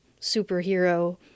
superhero